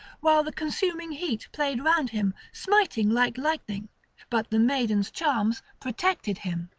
while the consuming heat played round him, smiting like lightning but the maiden's charms protected him.